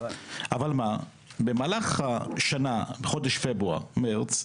אבל מה, במהלך השנה חודש פברואר, מרץ,